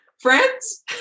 Friends